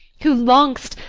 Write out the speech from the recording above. who long'st